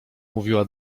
mówiła